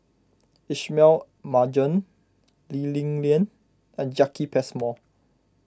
Ismail Marjan Lee Li Lian and Jacki Passmore